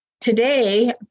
Today